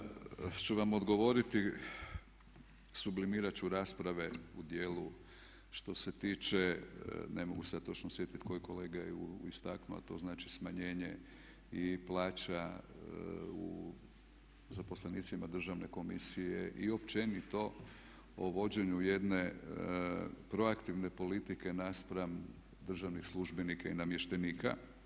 Pa mislim da ću vam odgovoriti, sublimirat ću rasprave u dijelu što se tiče ne mogu se sad točno sjetiti koji ju je kolega istaknuo, a to znači smanjenje i plaća zaposlenicima Državne komisije i općenito o vođenju jedne proaktivne politike naspram državnih službenika i namještenika.